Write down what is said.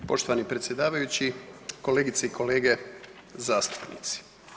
Poštovani predsjedavajući, kolegice i kolege zastupnici.